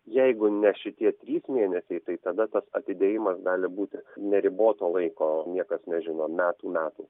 jeigu ne šitie trys mėnesiai tai tada tas atidėjimas gali būti neriboto laiko niekas nežino metų metų